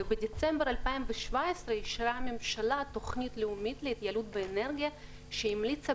ובדצמבר 2017 אישרה הממשלה תכנית לאומית להתייעלות באנרגיה שהמליצה,